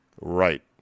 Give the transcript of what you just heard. Right